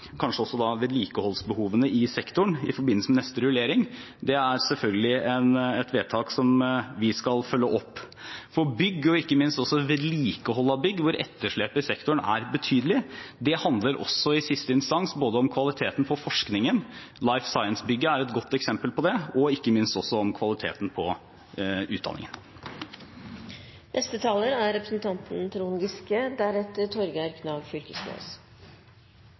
kanskje da også vedlikeholdsbehovene i sektoren – i forbindelse med neste rullering. Det er selvfølgelig et vedtak som vi skal følge opp, for bygg, og ikke minst vedlikehold av bygg, hvor etterslepet i sektoren er betydelig, handler også i siste instans både om kvaliteten på forskningen – Life Science-bygget er et godt eksempel på det – og ikke minst om kvaliteten på utdanningen. Når Høyres hovedtalsperson må fortelle salen at jo da, ministeren er